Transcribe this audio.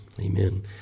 amen